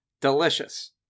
Delicious